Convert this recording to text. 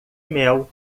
mel